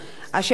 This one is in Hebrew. השאלה שלי היא,